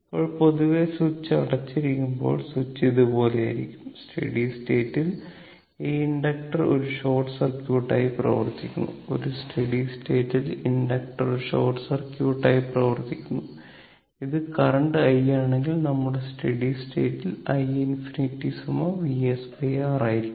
ഇപ്പോൾ പൊതുവേ സ്വിച്ച് അടയ്ക്കുമ്പോൾ സ്വിച്ച് ഇതുപോലെയായിരിക്കും സ്റ്റഡി സ്റ്റേറ്റിൽ ഈ ഇൻഡക്ടർ ഒരു ഷോർട്ട് സർക്യൂട്ടായി പ്രവർത്തിക്കുന്നു ഒരു സ്റ്റേഡി സ്റ്റേറ്റിൽ ഇൻഡക്ടർ ഒരു ഷോർട്ട് സർക്യൂട്ട് ആയി പ്രവർത്തിക്കുന്നു ഇത് കറന്റ് i ആണെങ്കിൽ നമ്മുടെ സ്റ്റഡി സ്റ്റേറ്റിൽ i ∞ VsR ആയിരിക്കും